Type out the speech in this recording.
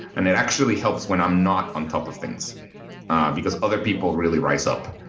and it actually helps when i'm not on top of things because other people really rise up.